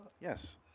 Yes